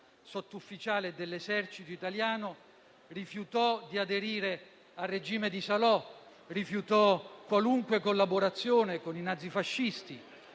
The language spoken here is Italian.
sottufficiale dell'Esercito italiano, rifiutò di aderire al regime di Salò e rifiutò qualunque collaborazione con i nazifascisti.